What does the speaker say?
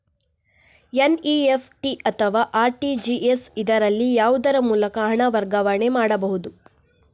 NEFT ಅಥವಾ RTGS, ಇದರಲ್ಲಿ ಯಾವುದರ ಮೂಲಕ ಹಣ ವರ್ಗಾವಣೆ ಮಾಡಬಹುದು?